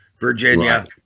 Virginia